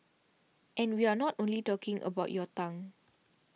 and we are not only talking about your tongue